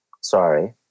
sorry